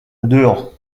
dean